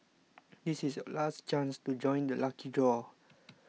this is your last chance to join the lucky draw